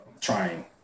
trying